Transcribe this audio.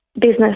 business